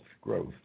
growth